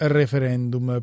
referendum